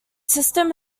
system